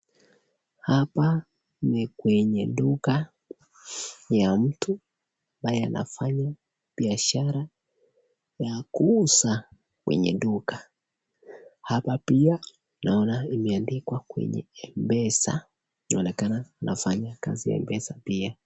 Hapa ni kwenye duka ya mtu ambaye anafanya biashara ya kuuza kwenye duka. Hapa pia naona imeandikwa kwenye Mpesa. Inaonekana inafanya kazi ya Mpesa pia.